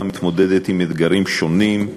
מתמודדת עם אתגרים שונים.